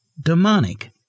demonic